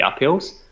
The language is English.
uphills